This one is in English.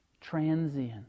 Transient